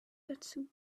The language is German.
dazu